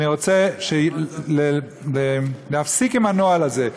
אני רוצה להפסיק עם הנוהל הזה,